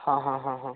ହଁ ହଁ ହଁ ହଁ